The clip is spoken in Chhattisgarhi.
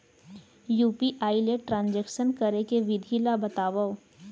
यू.पी.आई ले ट्रांजेक्शन करे के विधि ला बतावव?